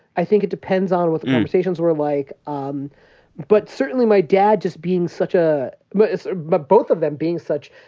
i think it depends on what the conversations were like. um but certainly, my dad just being such a but a so but both of them being such,